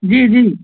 जी जी